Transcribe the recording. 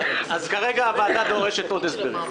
וגם מספרי תקנות